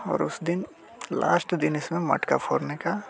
और उस दिन लास्ट दिन इसमें मटका फोड़ने का